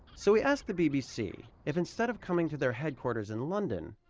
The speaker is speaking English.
so we asked the bbc if instead of coming to their headquarters in london,